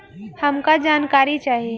हमका जानकारी चाही?